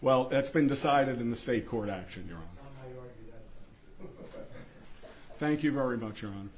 well that's been decided in the state court action you're thank you very much